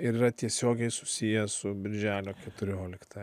ir yra tiesiogiai susiję su birželio keturiolikta